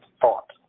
thought